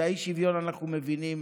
את האי-שוויון אנחנו מבינים